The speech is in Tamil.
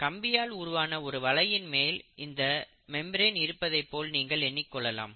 கம்பியால் உருவான ஒரு வலையின்மேல் இந்த மெம்பிரேன் இருப்பதைப் போல் நீங்கள் எண்ணிக் கொள்ளலாம்